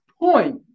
point